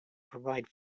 provide